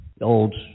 old